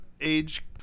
age